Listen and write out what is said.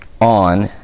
on